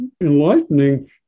enlightening